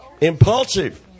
impulsive